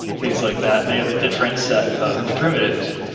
things like that. they have a different set of primitives,